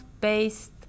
based